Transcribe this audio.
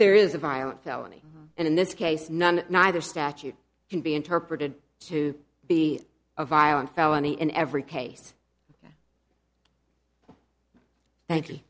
there is a violent felony and in this case none neither statute can be interpreted to be a violent felony in every case thank you